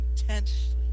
intensely